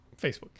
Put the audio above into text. Facebook